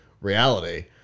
reality